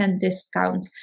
discount